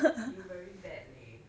you very bad leh